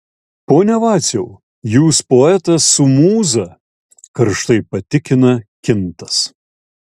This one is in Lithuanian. pone vaciau jūs poetas su mūza karštai patikina kintas